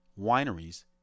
wineries